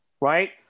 right